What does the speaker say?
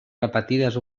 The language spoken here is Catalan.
repetides